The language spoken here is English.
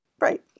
right